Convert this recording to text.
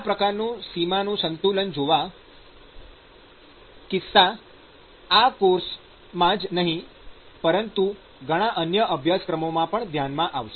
આ પ્રકારનું સીમાનું સંતુલન જેવા કિસ્સાઓ ફક્ત આ કોર્સમાં જ નહીં પરંતુ ઘણા અન્ય અભ્યાસક્રમોમાં પણ ધ્યાનમાં આવશે